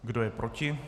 Kdo je proti?